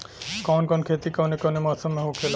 कवन कवन खेती कउने कउने मौसम में होखेला?